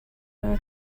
never